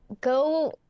Go